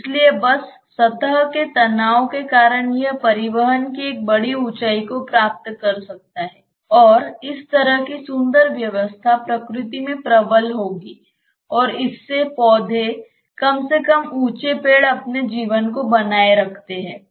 इसलिए बस सतह के तनाव के कारण यह परिवहन की एक बड़ी ऊंचाई को प्राप्त कर सकता है और इस तरह की सुंदर व्यवस्था प्रकृति में प्रबल होगी और इससे पौधे कम से कम ऊंचे पेड़ अपने जीवन को बनाए रखते हैं